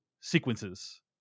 sequences